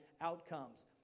outcomes